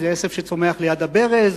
זה עשב שצומח ליד הברז.